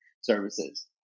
services